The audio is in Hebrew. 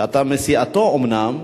שאתה מסיעתו אומנם,